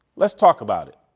let's talk about it.